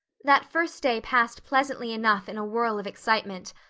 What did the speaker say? that first day passed pleasantly enough in a whirl of excitement,